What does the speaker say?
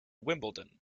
wimbledon